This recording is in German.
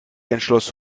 entschloss